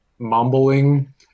mumbling